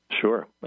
Sure